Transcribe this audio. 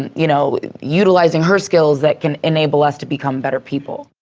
and you know utilizing her skills that can enable us to become better people.